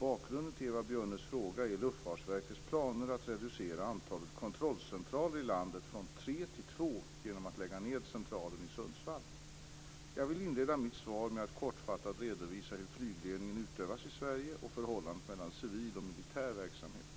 Bakgrunden till Eva Björnes fråga är Luftfartsverkets planer att reducera antalet kontrollcentraler i landet från tre till två genom att lägga ned centralen i Jag vill inleda mitt svar med att kortfattat redovisa hur flygledningen utövas i Sverige och förhållandet mellan civil och militär verksamhet.